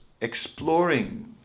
exploring